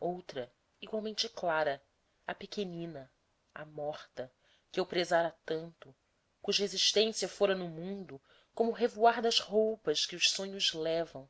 outra igualmente clara a pequenina a morta que eu prezara tanto cuja existência fora no mundo como o revoar das roupas que os sonhos levam